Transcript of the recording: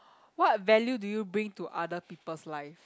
what value do you bring to other people's life